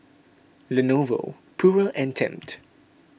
Lenovo Pura and Tempt